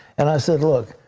and i said, look,